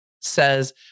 says